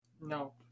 No